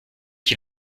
qui